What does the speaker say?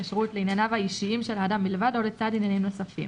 הכשרות לענייניו האישיים של האדם בלבד או לצד עניינים נוספים,"